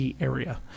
area